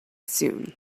soon